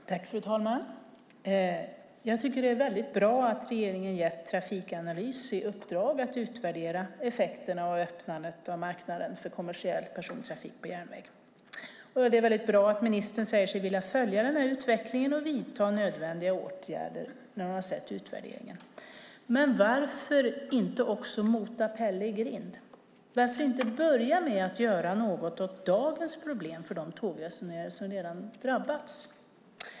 Fru talman! Jag tycker att det är väldigt bra att regeringen har gett Trafikanalys i uppdrag att utvärdera effekterna av öppnandet av marknaden för kommersiell persontrafik på järnväg. Det är väldigt bra att ministern säger sig vilja följa utvecklingen och vidta nödvändiga åtgärder. Men varför inte också mota Pelle i grind? Varför inte börja med att göra något åt dagens problem för de tågresenärer som redan har drabbats?